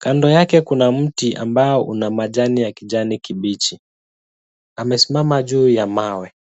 Kando yake kuna mti ambao una majani ya kijani kibichi. Amesimama juu ya mawe.